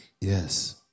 Yes